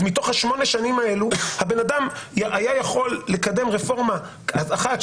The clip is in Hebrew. אז מתוך 8 השנים האלה הבן-אדם היה יכול לקדם רפורמה אחת,